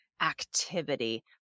activity